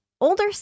older